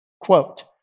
quote